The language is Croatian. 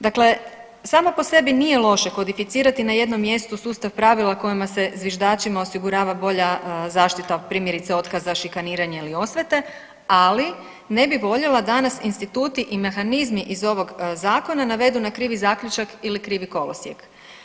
Dakle, samo po sebi nije loše kodificirati na jednom mjestu sustav pravila kojima se zviždačima osigurava bolja zaštita od primjerice, otkaza, šikaniranja ili osvete, ali ne bi voljela da nas instituti i mehanizmi iz ovog Zakona navedu na krivi zaključak ili krivi kolosijek.